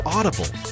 Audible